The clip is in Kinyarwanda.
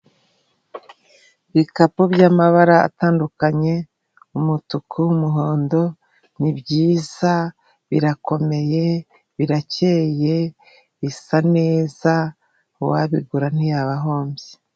Ibikapu by'amabara atandukanye, umutuku, umuhondo, ni byiza, birakomeye, birakeye, bisa neza, uwabigura ntiyaba ahombye.